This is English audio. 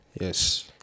Yes